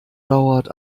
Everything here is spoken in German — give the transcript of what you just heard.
dauert